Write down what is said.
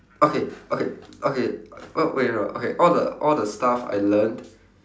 okay okay okay what wai~ what okay all the all the stuff I learnt